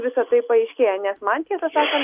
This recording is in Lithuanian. visa tai paaiškėja nes man tiesą sakant